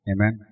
Amen